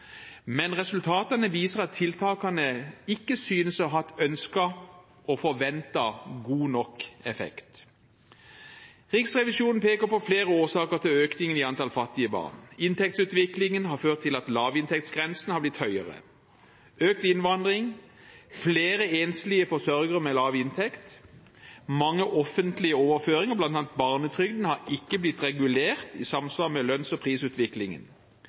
Men resultatene viser at tiltakene ikke synes å ha hatt ønsket og forventet god nok effekt. Riksrevisjonen peker på flere årsaker til økningen i antall fattige barn. Inntektsutviklingen har ført til at lavinntektsgrensen har blitt høyere. Økt innvandring, flere enslige forsørgere med lav inntekt, mange offentlige overføringer, bl.a. barnetrygden, har ikke blitt regulert i samsvar med lønns- og prisutviklingen,